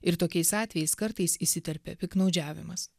ir tokiais atvejais kartais įsiterpia piktnaudžiavimas